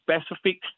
specific